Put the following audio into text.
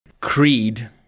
Creed